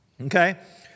okay